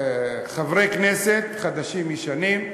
חברי כנסת חדשים-ישנים,